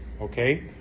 okay